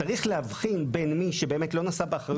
צריך להבחין בין מי שבאמת לא נשא באחריות